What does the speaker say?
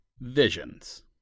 Visions